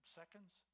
seconds